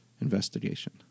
Investigation